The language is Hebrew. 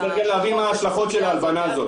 צריך להבין מה ההשלכות של ההלבנה הזאת.